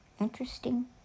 Interesting